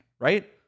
right